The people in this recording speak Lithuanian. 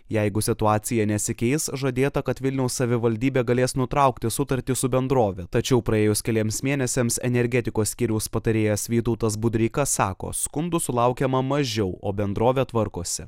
jeigu situacija nesikeis žadėta kad vilniaus savivaldybė galės nutraukti sutartį su bendrove tačiau praėjus keliems mėnesiams energetikos skyriaus patarėjas vytautas budreika sako skundų sulaukiama mažiau o bendrovė tvarkosi